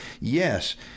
yes